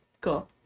Cool